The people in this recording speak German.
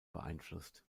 beeinflusst